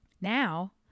Now